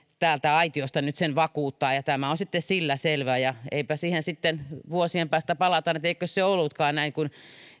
täältä aitiosta nyt sen vakuuttaa ja tämä on sitten sillä selvä ja kun siihen vuosien päästä palataan että eikö se ollutkaan näin kuin